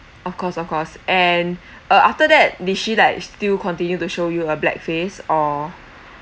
of course of course and uh after that did she like still continue to show you a black face or